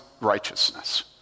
righteousness